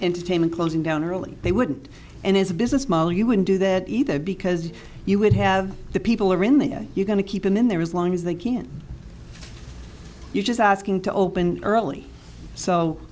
entertaining closing down early they wouldn't and as a business model you wouldn't do that either because you would have the people are in the are you going to keep them in there as long as they can you just asking to open early so